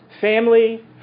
family